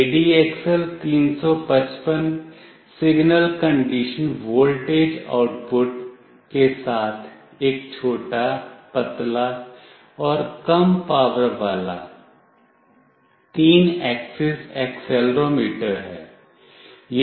ADXL 355 signal condition voltage output के साथ एक छोटा पतला और कम पावर वाला 3 axis एक्सेलेरोमीटर है